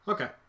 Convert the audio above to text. Okay